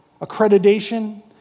accreditation